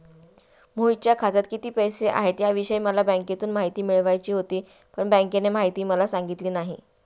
मोहितच्या खात्यात किती पैसे आहेत याविषयी मला बँकेतून माहिती मिळवायची होती, पण बँकेने माहिती मला सांगितली नाही